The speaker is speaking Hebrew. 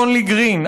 אלון-לי גרין,